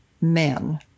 men